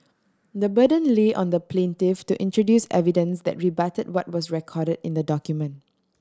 the burden lay on the plaintiff to introduce evidence that rebutted what was recorded in the document